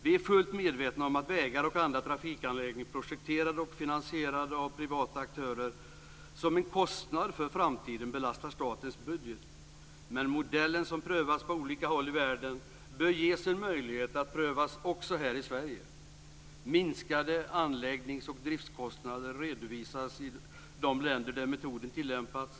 Vi är fullt medvetna om att vägar och andra trafikanläggningar, projekterade och finansierade av privata aktörer, är en framtida kostnad som belastar statens budget. Men modellen, som prövats på olika håll i världen, bör ges en möjlighet att prövas också här i Sverige. Minskade anläggnings och driftskostnader redovisas i de länder där metoden tillämpats.